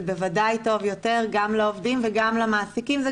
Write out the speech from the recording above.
זה בוודאי טוב יותר גם לעובדים וגם למעסיקים וזה